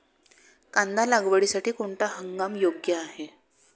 कांदा लागवडीसाठी कोणता हंगाम योग्य आहे?